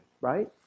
right